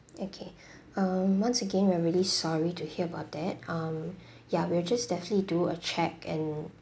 okay um once again we're really sorry to hear about that um ya we'll just definitely do a check and